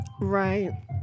Right